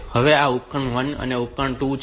હવે આ ઉપકરણ 1 છે આ ઉપકરણ 2 છે